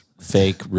Fake